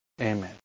Amen